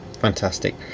fantastic